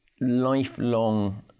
lifelong